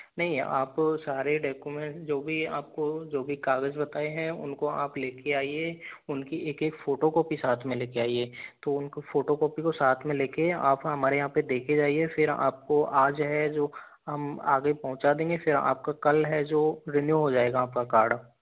नहीं आप सारे डेक्यूमेंट जो भी आपको जो भी कागज बताए हैं उनको आप लेके आईए उनकी एक एक फोटोकॉपी साथ में लेके आईए तो उनको फोटोकॉपी को साथ में लेके आप हमारे यहाँ पे देके जाइए फिर आपको आज है जो हम आगे पहुँचा देंगे फिर आपका कल है जो रिन्यू हो जायेगा आपका कार्ड